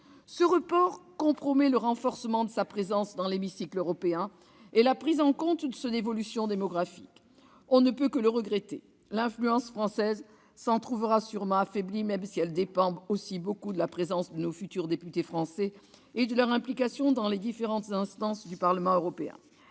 Ce report compromet le renforcement de sa présence dans l'hémicycle européen et la prise en compte de l'évolution démographique de notre pays. On ne peut que le regretter. L'influence française s'en trouvera sûrement affaiblie, même si elle dépend aussi beaucoup de la présence de nos futurs eurodéputés français et de leur implication dans les différentes instances du Parlement européen.